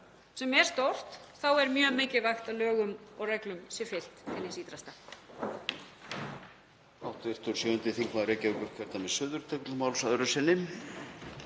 sem er stórt, er mjög mikilvægt að lögum og reglum sé fylgt til hins ýtrasta.